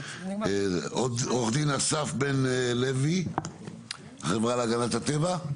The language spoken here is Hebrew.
עו"ד אסף בן לוי, החברה להגנת הטבע.